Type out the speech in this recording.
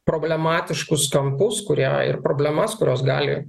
problematiškus kampus kurie ir problemas kurios gali